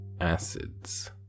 acids